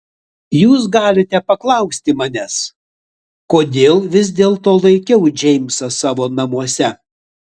jūs galite paklausti manęs kodėl vis dėlto laikiau džeimsą savo namuose